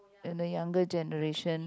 in the younger generation